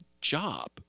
job